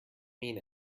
mean